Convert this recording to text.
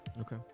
Okay